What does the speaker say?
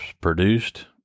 produced